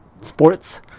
Sports